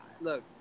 Look